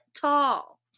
tall